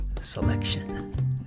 selection